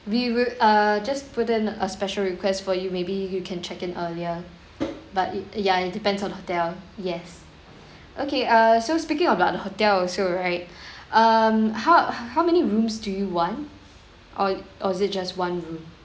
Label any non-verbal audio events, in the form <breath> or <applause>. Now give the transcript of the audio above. we will err just put in a special requests for you maybe you can check in earlier but i~ ya it depends on the hotel yes okay err so speaking about the hotel also right <breath> um how how many rooms do you want or or is it just one room